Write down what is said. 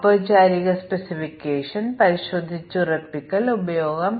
ഞങ്ങൾ ടെസ്റ്റ് കേസുകൾ വർദ്ധിപ്പിക്കേണ്ടതുണ്ട്